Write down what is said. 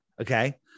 okay